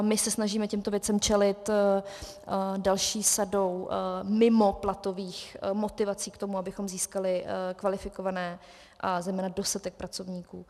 My se snažíme těmto věcem čelit další sadou mimoplatových motivací k tomu, abychom získali kvalifikované a zejména dostatek pracovníků.